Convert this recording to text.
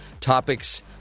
topics